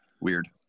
weird